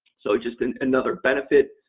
so, just and another benefit.